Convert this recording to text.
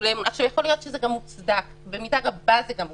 יכול להיות שזה גם מוצדק, במידה רבה זה גם מוצדק,